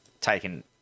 taken